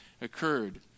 occurred